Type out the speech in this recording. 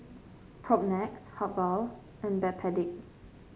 Propnex Habhal and Backpedic